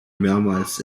mehrmals